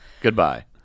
Goodbye